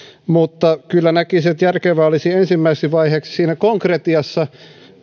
mutta kyllä näkisin että järkevää olisi ensimmäiseksi vaiheeksi siinä konkretiassa